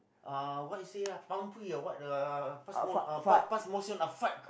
uh what you say ah pumpy uh what uh pass mo~ uh pa~ pass motion uh fart